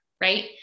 Right